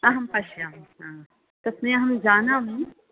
अहं पश्यामि आम् तस्मै अहं जानामि